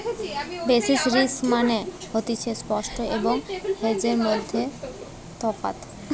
basis risk মানে হতিছে spot এবং হেজের মধ্যে তফাৎ